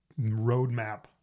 roadmap